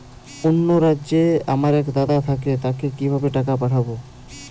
অন্য রাজ্যে আমার এক দাদা থাকে তাকে কিভাবে টাকা পাঠাবো?